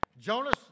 Jonas